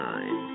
Nine